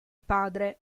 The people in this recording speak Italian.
padre